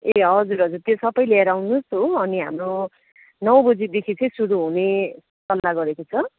ए हजुर हजुर त्यो सबै लिएर आउनुहोस् हो अनि हाम्रो नौ बजीदेखि चाहिँ सुरु हुने सल्लाह गरेको छ